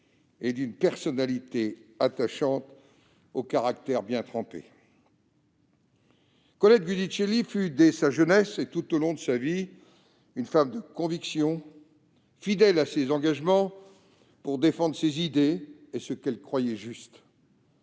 une personnalité attachante au caractère bien trempé. Colette Giudicelli fut, dès sa jeunesse et tout au long de sa vie, une femme de convictions, fidèle à ses engagements pour défendre ses idées et ce qu'elle croyait juste.